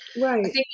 Right